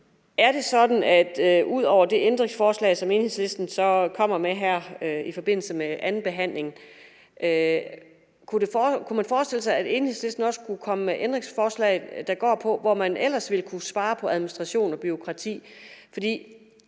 Enhedslisten ud over det ændringsforslag, Enhedslisten så kommer med her i forbindelse med andenbehandlingen, også kunne komme med ændringsforslag, der handler om, hvor man ellers ville kunne spare på administration og bureaukrati? For